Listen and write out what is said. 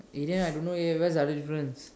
eh then I don't know eh where's the other difference